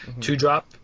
two-drop